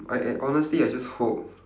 I I honestly I just hope